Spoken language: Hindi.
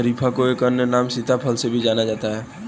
शरीफा को एक अन्य नाम सीताफल के नाम से भी जाना जाता है